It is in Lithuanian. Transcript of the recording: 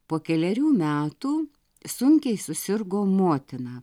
po kelerių metų sunkiai susirgo motina